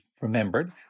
remembered